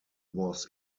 was